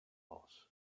boss